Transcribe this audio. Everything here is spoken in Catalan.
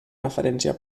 referència